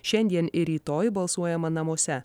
šiandien ir rytoj balsuojama namuose